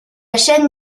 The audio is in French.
chaîne